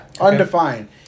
Undefined